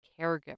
caregiver